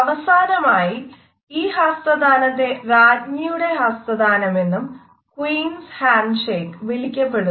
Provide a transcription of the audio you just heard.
അവസാനമായി ഈ ഹസ്തദാനത്തെ രാജ്ഞിയുടെ ഹസ്തദാനമെന്നും വിളിക്കപ്പെടുന്നു